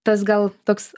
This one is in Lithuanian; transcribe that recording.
tas gal toks